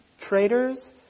traders